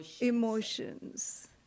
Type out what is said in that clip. emotions